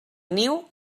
niu